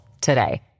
today